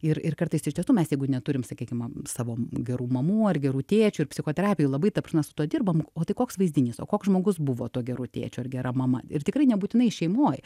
ir ir kartais iš tiesų mes jeigu neturim sakykim savo gerų mamų ar gerų tėčių ir psichoterapijoj labai ta prasme su tuo dirbam o tai koks vaizdinys o koks žmogus buvo tuo geru tėčiu ar gera mama ir tikrai nebūtinai šeimoj